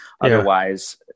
otherwise